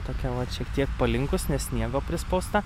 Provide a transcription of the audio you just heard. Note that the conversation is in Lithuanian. tokia vat šiek tiek palinkus nes sniego prispausta